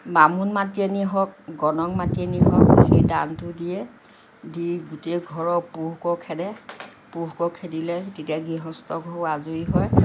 বামুণ মাতি আনি হওক গণক মাতি আনি হওক সেই দানটো দিয়ে দি গোটেই ঘৰৰ পুহকৰ খেদে পুহকৰ খেদিলে তেতিয়া গৃহস্থ ঘৰো আজৰি হয়